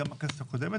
וגם בכנסת הקודמת,